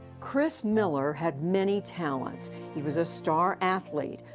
chris miller had many talents. he was a star athlete,